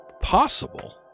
possible